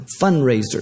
fundraisers